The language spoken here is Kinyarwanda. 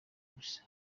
ubusa